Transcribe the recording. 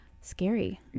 scary